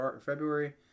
February